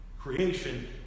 Creation